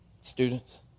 students